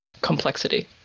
complexity